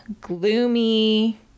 gloomy